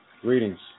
Greetings